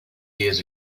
years